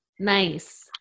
Nice